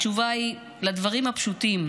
התשובה היא: לדברים הפשוטים,